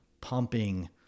pumping